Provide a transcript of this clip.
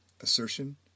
Assertion